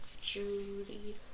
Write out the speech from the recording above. Judy